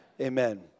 Amen